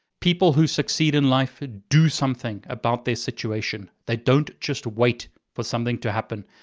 people who succeed in life do something about their situation, they don't just wait for something to happen.